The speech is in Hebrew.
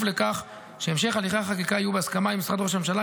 לכך שהמשך הליכי החקיקה יהיו בהסכמה עם משרד ראש הממשלה,